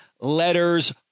letters